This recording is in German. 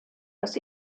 das